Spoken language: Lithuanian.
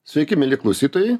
sveiki mieli klausytojai